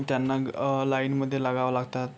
त्यांना लाईनमध्ये लागावं लागतात